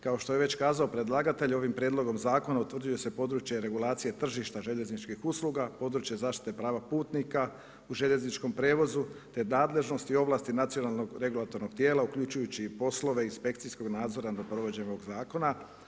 Kao što je već kazao predlagatelj, ovim prijedlogom zakona utvrđuje se područje regulacije tržišta željezničkih usluga, područje zaštite prava putnika u željezničkom prijevozu te nadležnost i ovlastio nacionalnog regulatornog tijela uključujući i poslove inspekcijskog nadzora nad provođenjem ovog zakona.